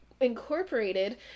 incorporated